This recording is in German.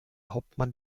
hauptmann